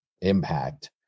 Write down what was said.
Impact